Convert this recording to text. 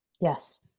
Yes